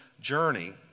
journey